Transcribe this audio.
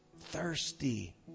thirsty